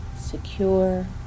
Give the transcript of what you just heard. secure